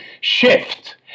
shift